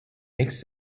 makes